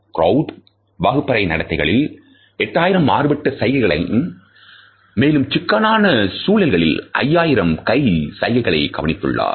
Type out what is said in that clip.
road வகுப்பறை நடத்தைகளில் 8000 மாறுபட்ட சைகைகளை மேலும்சிக்கலான சூழல்களில் 5000 கை சைகைகளை கவனித்துள்ளார்